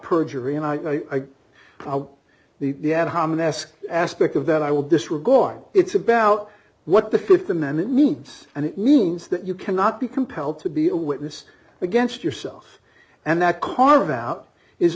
perjury and i the the ad hominem aspect of that i will disregard it's about what the th amendment means and it means that you cannot be compelled to be a witness against yourself and that carve out is